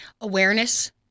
Awareness